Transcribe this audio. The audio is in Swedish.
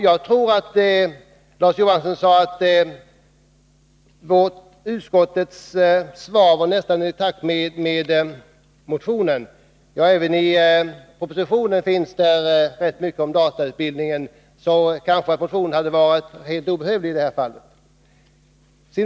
Larz Johansson sade att utskottets svar nästan var i takt med motionen. Ja, även i propositionen står det rätt mycket om datautbildning, så motionen kanske hade varit helt obehövlig i det här fallet.